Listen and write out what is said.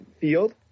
field